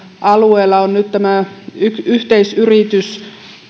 alueella nyt tätä yhteisyritystä